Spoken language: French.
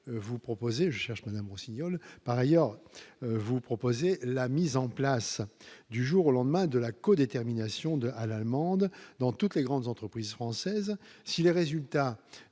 vous proposez cherche Madame Rossignol par ailleurs vous proposer la mise en place du jour au lendemain de la co-détermination de à l'allemande, dans toutes les grandes entreprises françaises, si les résultats